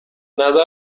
نظر